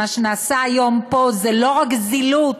מה שנעשה פה היום זה לא רק זילות